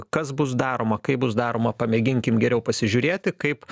kas bus daroma kaip bus daroma pamėginkim geriau pasižiūrėti kaip